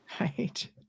Right